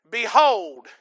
behold